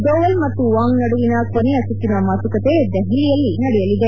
ದೋವಲ್ ಮತ್ತು ವಾಂಗ್ ನಡುವಿನ ಕೊನೆಯ ಸುತ್ತಿನ ಮಾತುಕತೆ ದೆಹಲಿಯಲ್ಲಿ ನಡೆಯಲಿದೆ